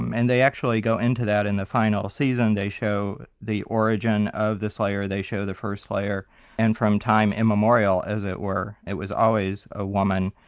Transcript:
and they actually go into that in the final season. they show the origin of the slayer, they show the first slayer and from time immemorial as it were, it was always a woman,